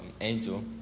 Angel